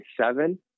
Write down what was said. seven